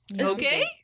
Okay